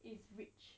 is rich